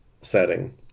setting